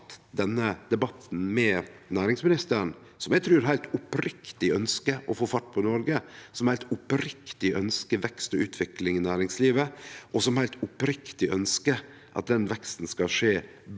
denne debatten med næringsministeren, som eg trur heilt oppriktig ønskjer å få fart på Noreg, heilt oppriktig ønskjer vekst og utvikling i næringslivet, og heilt oppriktig ønskjer at den veksten skal skje